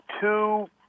Two